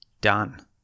done